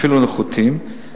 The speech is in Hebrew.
אפילו נחותים,